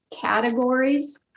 categories